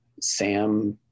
Sam